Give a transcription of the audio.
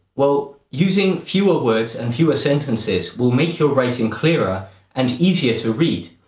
well, using fewer words and fewer sentences will make your writing clearer and easier to read.